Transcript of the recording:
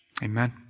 Amen